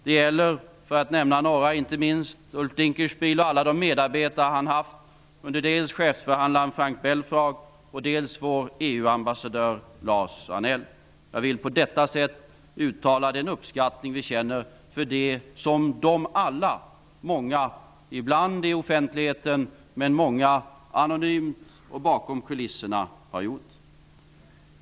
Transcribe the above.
Det gäller, för att nämna några, inte minst Ulf Dinkelspiel och alla hans medarbetare, chefsförhandlaren Frank Jag vill på detta sätt uttala den uppskattning som vi känner för det som de alla har gjort, ibland i offentligheten men många gånger anonymt och bakom kulisserna.